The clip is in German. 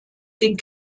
den